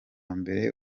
mbere